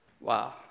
Wow